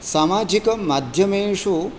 सामाजिकमाध्यमेषु